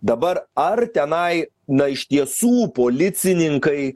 dabar ar tenai na iš tiesų policininkai